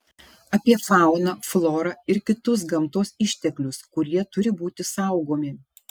apie fauną florą ir kitus gamtos išteklius kurie turi būti saugomi